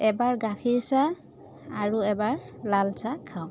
এবাৰ গাখীৰ চাহ আৰু এবাৰ লাল চাহ খাওঁ